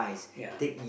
ya